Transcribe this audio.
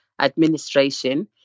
administration